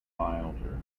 milder